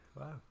Wow